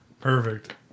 Perfect